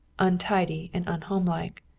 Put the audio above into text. untidy and unhomelike.